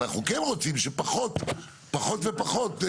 אנחנו הולכים פשוט לחבר את